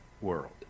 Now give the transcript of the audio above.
world